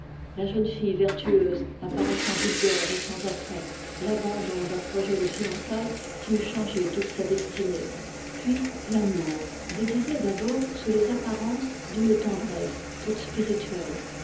la jeune fille vertueuse et sans attrait l'abandon d'un projet de fiançailles qui eût changé sa destinée puis l'amour déguisé d'abord sous les apparences d'une tendresse toute spirituelle